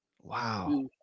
Wow